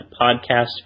Podcast